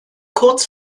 kurz